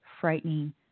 frightening